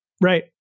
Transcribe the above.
right